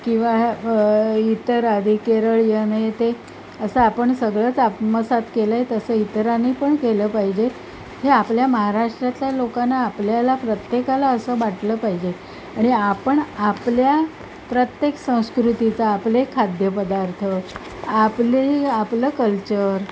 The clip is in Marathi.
किंवा इतर आधी केरळ यांनी ते असं आपण सगळंच आत्मसात केलंय तसं इतरांनी पण केलं पाहिजेत हे आपल्या महाराष्ट्रातल्या लोकांना आपल्याला प्रत्येकाला असं बाटलं पाहिजे आणि आपण आपल्या प्रत्येक संस्कृतीचा आपले खाद्यपदार्थ आपले आपलं कल्चर